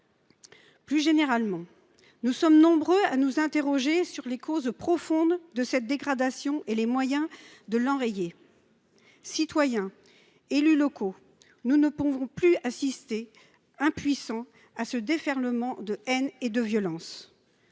Plus généralement, nous sommes nombreux à nous interroger sur les causes profondes de cette dégradation et sur les moyens de l’enrayer. Citoyens, élus locaux, nous ne pouvons plus assister impuissants à ce déferlement de haine et de violence.